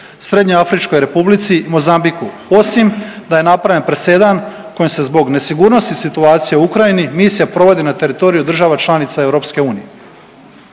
Srednjoafričkoj Republici i Mozambiku, osim da je napravljen presedan kojim se zbog nesigurnosti situacije u Ukrajini, misija provodi na teritoriju država članica EU.